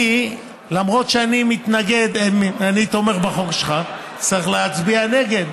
למרות שאני תומך בחוק שלך, אני צריך להצביע נגד,